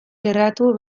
geratu